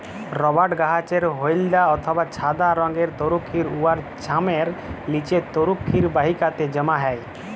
রবাট গাহাচের হইলদ্যা অথবা ছাদা রংয়ের তরুখির উয়ার চামের লিচে তরুখির বাহিকাতে জ্যমা হ্যয়